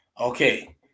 okay